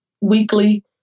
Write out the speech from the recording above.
weekly